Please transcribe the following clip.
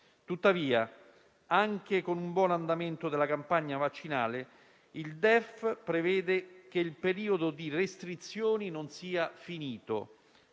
Tuttavia, anche con un buon andamento della campagna vaccinale il DEF prevede che il periodo di restrizioni non sia finito,